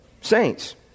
Saints